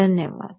धन्यवाद